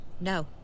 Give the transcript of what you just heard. No